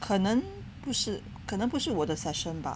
可能不是可能不是我的 session bah